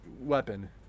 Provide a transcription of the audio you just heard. weapon